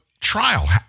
trial